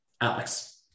Alex